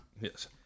Yes